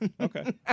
Okay